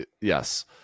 Yes